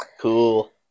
Cool